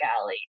Alley